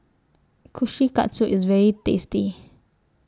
Kushikatsu IS very tasty